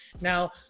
Now